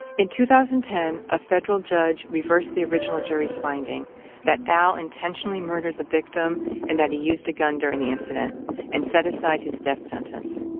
in two thousand and ten, a federal judge reversed the original jury's finding that al intentionally murdered the victim and that he used a gun during the incident and set aside his death sentence.